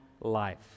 life